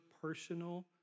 personal